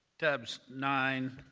tabs nine,